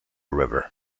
river